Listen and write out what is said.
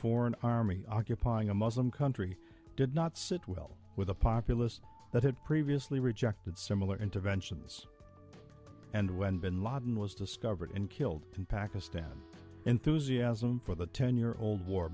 foreign army occupying a muslim country did not sit well with a populace that had previously rejected similar interventions and when bin laden was discovered and killed in pakistan enthusiasm for the ten year old war